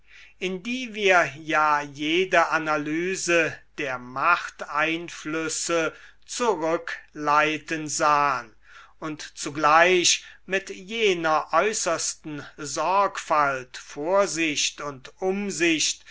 in die wir ja jede analyse der machteinflüsse zurückleiten sahen und zugleich mit jener äußersten sorgfalt vorsicht und umsicht